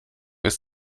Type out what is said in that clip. ist